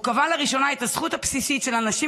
הוא קבע לראשונה את הזכות הבסיסית של אנשים